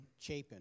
Chapin